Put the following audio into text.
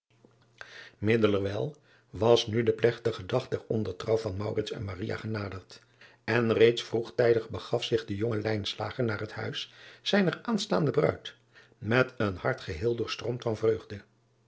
iddelerwijl was nu de plegtige dag der ndertrouw van en genaderd en reeds vroegtijdig begaf zich de jonge naar het huis zijner aanstaande ruid met een hart geheel doorstroomd van vreugde